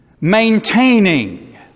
maintaining